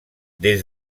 des